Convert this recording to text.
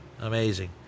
Amazing